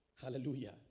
Hallelujah